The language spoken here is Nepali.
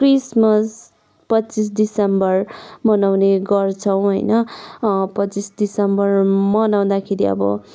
क्रिसमस पच्चिस डिसम्बर मनाउने गर्छौँ होइन पच्चिस डिसम्बर मनाउँदाखेरि अब